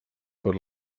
per